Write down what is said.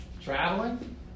traveling